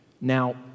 Now